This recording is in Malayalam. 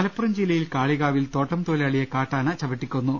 മലപ്പുറം ജില്ലയിൽ കാളികാവിൽ തോട്ടം തൊഴിലാളിയെ കാട്ടാന ചവിട്ടിക്കൊന്നു